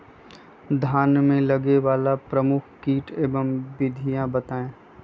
धान में लगने वाले प्रमुख कीट एवं विधियां बताएं?